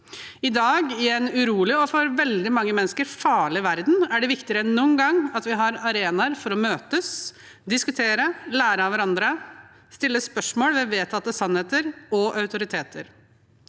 I dag, i en urolig og for veldig mange mennesker farlig verden, er det viktigere enn noen gang at vi har arenaer for å møtes, diskutere, lære av hverandre og stille spørsmål ved vedtatte sannheter og autoriteter.